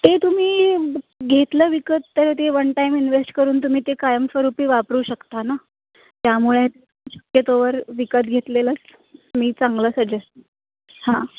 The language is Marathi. ते तुम्ही घेतलं विकत तर ते वन टाईम इन्व्हेस्ट करून तुम्ही ते कायमस्वरूपी वापरू शकता ना त्यामुळे शक्यतोवर विकत घेतलेलंच मी चांगलं सजेस्ट हां